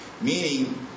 Meaning